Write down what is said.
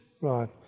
Right